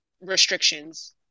restrictions